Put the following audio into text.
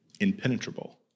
impenetrable